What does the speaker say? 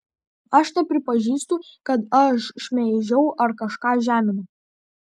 aš nepripažįstu kad aš šmeižiau ar kažką žeminau